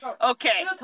Okay